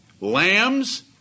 lambs